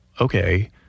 okay